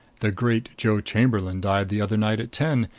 the great joe chamberlain died the other night at ten,